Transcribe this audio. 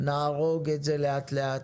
נהרוג את זה לאט-לאט,